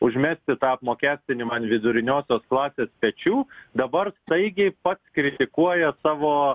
užmesti tą apmokestinimą an viduriniosios klasės pečių dabar staigiai pats kritikuoja savo